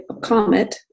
COMET